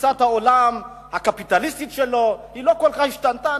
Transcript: תפיסת העולם הקפיטליסטית שלו לא כל כך השתנתה.